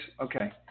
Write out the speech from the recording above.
okay